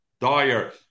dyer